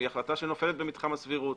נופלת במתחם הסבירות.